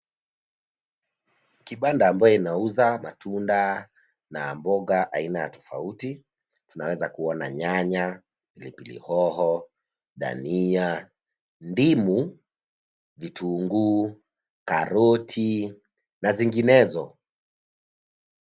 Kibanda ambayo inauza matunda na mboga aina ya tofauti, tunaweza kuona nyanya, pilipilihoho, ndania ndimu, kitunguu, caroti na zinginezo.